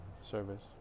service